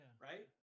Right